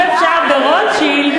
ולעשות על זה סרטון, אם אפשר ברוטשילד.